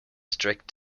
strict